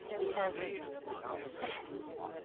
because this!